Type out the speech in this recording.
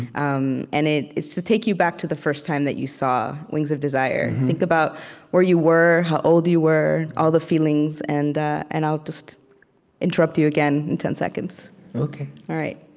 um and it's to take you back to the first time that you saw wings of desire. think about where you were, how old you were, all the feelings. and and i'll just interrupt you again, in ten seconds ok